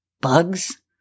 bugs